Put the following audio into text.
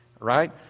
Right